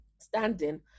standing